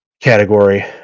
category